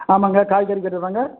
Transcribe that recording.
ஆமாங்க காய்கறிக் கடை தாங்க